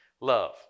love